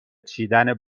چیدن